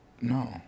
No